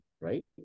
right